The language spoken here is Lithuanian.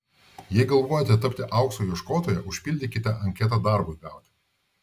jei galvojate tapti aukso ieškotoja užpildykite anketą darbui gauti